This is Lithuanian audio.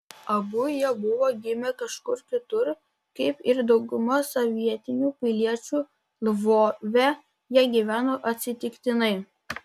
abu jie buvo gimę kažkur kitur kaip ir dauguma sovietinių piliečių lvove jie gyveno atsitiktinai